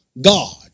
God